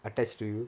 attached to you